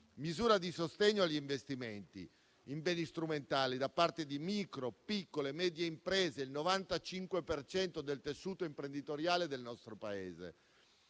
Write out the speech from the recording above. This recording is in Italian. misura di sostegno agli investimenti in beni strumentali da parte di micro, piccole e medie imprese (il 95 per cento del tessuto imprenditoriale del nostro Paese).